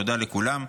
תודה לכולם.